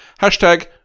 hashtag